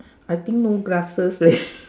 I think no glasses leh